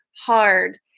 hard